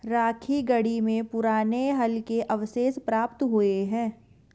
राखीगढ़ी में पुराने हल के अवशेष प्राप्त हुए हैं